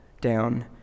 down